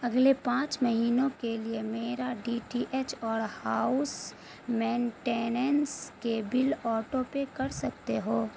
اگلے پانچ مہینوں کے لیے میرا ڈی ٹی ایچ اور ہاؤس مینٹننس کے بل آٹو پے کر سکتے ہو